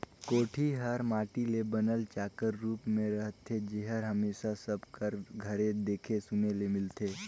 कोठी हर माटी ले बनल चाकर रूप मे रहथे जेहर हमेसा सब कर घरे देखे सुने ले मिलथे